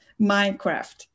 Minecraft